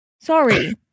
sorry